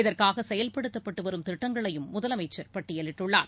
இதற்காகசெயல்படுத்தப்பட்டுவரும் திட்டங்களையும் முதலமைச்சர் பட்டியலிட்டுள்ளார்